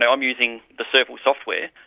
i am using the serval software,